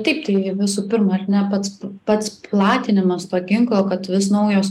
taip tai visų pirma ar ne pats pats platinimas to ginklo kad vis naujos